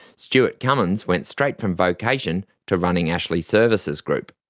stewart cummins went straight from vocation to running ashley services group.